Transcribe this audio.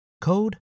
code